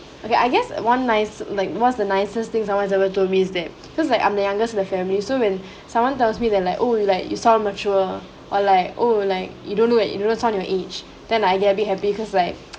okay I guess one nice like what's the nicest things someone ever told is that because like I'm the youngest in the family so when someone tells me they're like oh like you sound mature or like oh like you don't look like you don't sound your age then I'll be happy because like